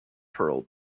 pearl